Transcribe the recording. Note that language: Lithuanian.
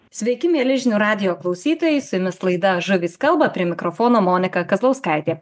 sveiki mieli žinių radijo klausytojai su jumis laida žuvys kalba prie mikrofono monika kazlauskaitė